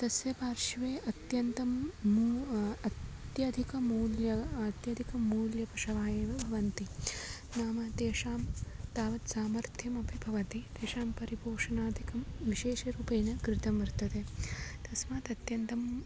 तस्य पार्श्वे अत्यन्तं मू अत्यधिकं मूल्यम् अत्यधिकं मूल्यं पशवः एव भवन्ति नाम तेषां तावत् सामर्थ्यम् अपि भवति तेषां परिभूषणाधिकं विशेषरूपेण कृतं वर्तते तस्मात् अत्यन्तम्